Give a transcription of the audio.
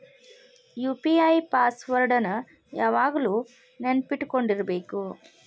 UPI password ನ ಯಾವಾಗ್ಲು ನೆನ್ಪಿಟ್ಕೊಂಡಿರ್ಬೇಕು